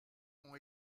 ont